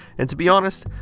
and to be honest,